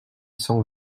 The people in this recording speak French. cent